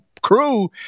crew